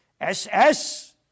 SS